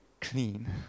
clean